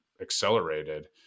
accelerated